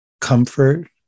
comfort